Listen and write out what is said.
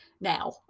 now